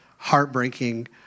heartbreaking